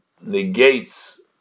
negates